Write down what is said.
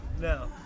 No